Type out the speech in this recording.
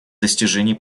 достижении